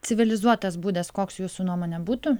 civilizuotas būdas koks jūsų nuomone būtų